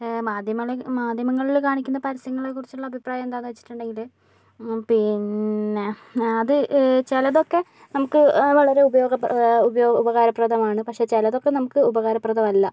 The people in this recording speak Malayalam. മാധ്യമള് മാധ്യമങ്ങളിൽ കാണിക്കുന്ന പരസ്യങ്ങളെക്കുറിച്ചുള്ള അഭിപ്രായം എന്താണെന്ന് വച്ചിട്ടുണ്ടെങ്കില് പിന്നെ അത് ചിലതൊക്കെ നമുക്ക് വളരെ ഉപയോഗ ഉപകാരപ്രദമാണ് പക്ഷെ ചിലതൊക്കെ നമുക്ക് ഉപകാരപ്രദമല്ല